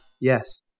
Yes